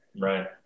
right